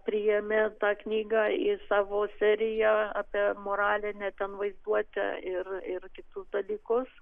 priėmė tą knygą į savo seriją apie moralinę ten vaizduotę ir ir kitus dalykus